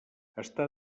està